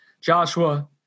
Joshua